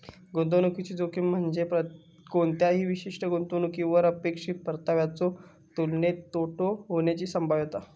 गुंतवणुकीची जोखीम म्हणजे कोणत्याही विशिष्ट गुंतवणुकीवरली अपेक्षित परताव्याच्यो तुलनेत तोटा होण्याची संभाव्यता